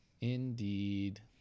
indeed